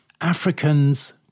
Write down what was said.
Africans